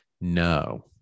no